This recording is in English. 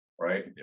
right